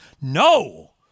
No